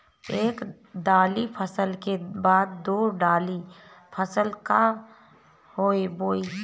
एक दाली फसल के बाद दो डाली फसल काहे बोई?